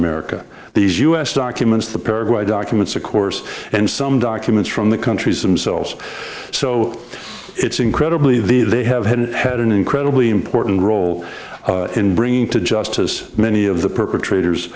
america these us documents the paraguay documents of course and some documents from the countries themselves so it's incredibly the they have had had an incredibly important role in bringing to justice many of the perpetrators